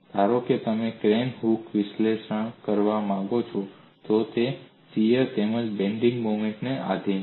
ધારો કે તમે ક્રેન હૂકનું વિશ્લેષણ કરવા માગો છો તો તે શિયર તેમજ બેન્ડિંગ મોમેન્ટ ને આધિન છે